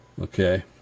Okay